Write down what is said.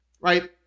right